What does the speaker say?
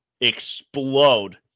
explode